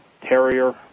Terrier